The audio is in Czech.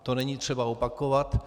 To není třeba opakovat.